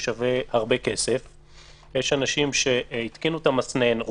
ולא שווה להם להשקיע את ההתקנה של המסנן.